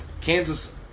Kansas